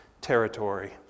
territory